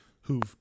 who've